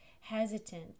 hesitant